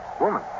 woman